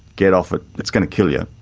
get off it. it's going to kill you,